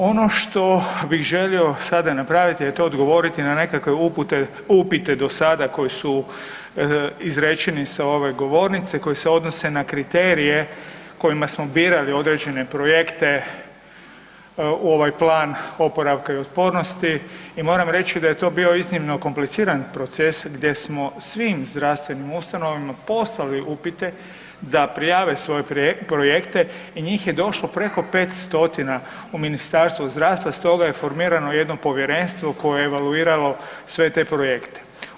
Ono što bi želio sada napraviti a to je odgovoriti na nekakve upite do sada koji su izrečeni sa ove govornice, koji se odnose na kriterije kojima smo birali određene projekte u ovaj plan oporavka i otpornosti i moram reći da je to iznimno kompliciran proces gdje smo svim zdravstvenim ustanovama poslali upite da prijave svoje projekte i njih je došlo preko 500 u Ministarstvo zdravstva, stoga je formirano jedno povjerenstvo koje je evaluiralo sve te projekte.